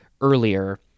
earlier